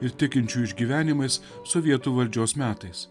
ir tikinčių išgyvenimais sovietų valdžios metais